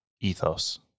ethos